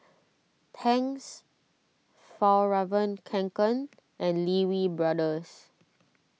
Tangs Fjallraven Kanken and Lee Wee Brothers